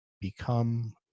become